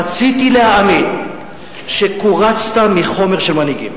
רציתי להאמין שקורצת מחומר של מנהיגים,